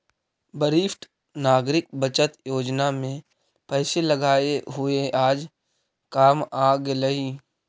वरिष्ठ नागरिक बचत योजना में पैसे लगाए हुए आज काम आ गेलइ